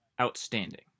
outstanding